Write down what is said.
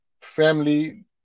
family